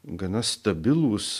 gana stabilūs